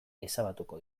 ezabatuko